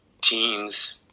teens